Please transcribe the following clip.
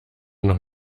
noch